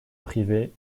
privé